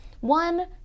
one